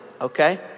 okay